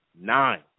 Nine